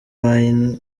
wine